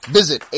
Visit